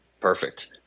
Perfect